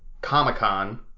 Comic-Con